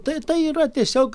tai tai yra tiesiog